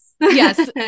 Yes